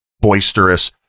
boisterous